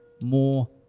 more